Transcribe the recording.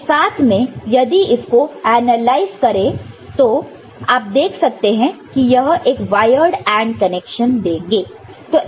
तो साथ में यदि इसको एनालाइज करें तो आप देख सकते हैं कि वह एक वायर्ड AND कनेक्शन देंगे